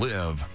Live